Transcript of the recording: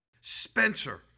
Spencer